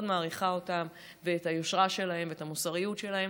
מעריכה אותם ואת היושרה שלהם ואת המסירות שלהם,